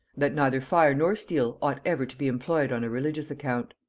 that neither fire nor steel ought ever to be employed on a religious account.